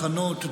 מחנות,